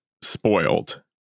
spoiled